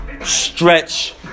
stretch